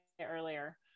earlier